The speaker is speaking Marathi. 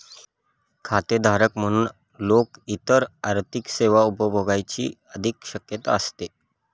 खातेधारक म्हणून लोक इतर आर्थिक सेवा उपभोगण्याची अधिक शक्यता असते